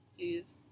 jeez